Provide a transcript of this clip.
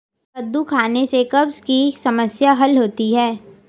कद्दू खाने से कब्ज़ की समस्याए हल होती है